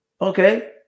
Okay